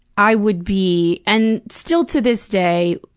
i would be and still, to this day,